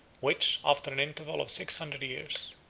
which, after an interval of six hundred years,